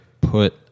put